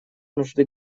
нужды